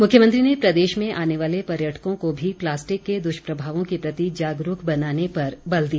मुख्यमंत्री ने प्रदेश में आने वाले पर्यटकों को भी प्लास्टिक के द्वष्प्रमावों के प्रति जागरूक बनाने पर बले दिया